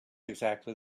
exactly